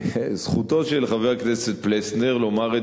זכותו של חבר הכנסת פלסנר לומר את